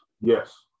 Yes